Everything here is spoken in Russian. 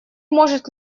может